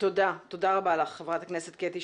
תודה רבה לך, חברת הכנסת קטי שטרית.